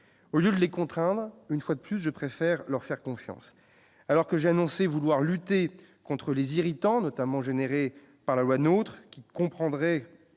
au lieu de les contraindre une fois de plus, je préfère leur faire confiance, alors que j'ai annoncé vouloir lutter contre les irritants notamment générées par la loi, autres qui comprendrait